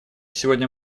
сегодня